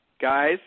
guys